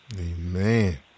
Amen